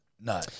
No